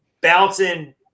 bouncing